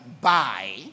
buy